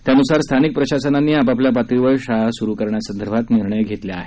त्यानुसार स्थानिक प्रशासनांनी आपापल्या पातळीवर शाळा सुरु करण्यासंदर्भात निर्णय घेतले आहेत